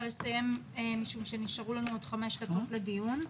לסיים כי נותרו לנו עוד חמש דקות לדיון.